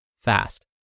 fast